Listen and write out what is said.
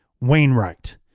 Wainwright